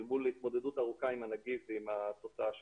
מול התמודדות ארוכה עם הנגיף ועם התוצאה שלו.